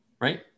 right